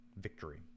victory